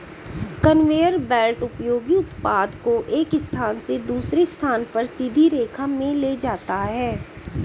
conveyor belt उपयोगी उत्पाद को एक स्थान से दूसरे स्थान पर सीधी रेखा में ले जाता है